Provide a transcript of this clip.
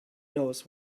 knows